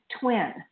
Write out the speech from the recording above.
twin